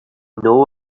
know